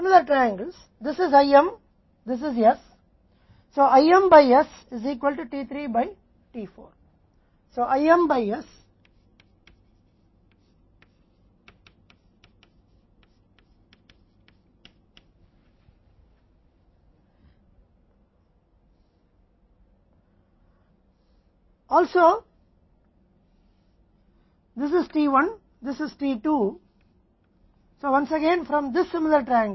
इसलिए Q भी D से T के बराबर है Q भी T में D के बराबर है और हम भी इसी तरह के त्रिकोण से हैं यह IM है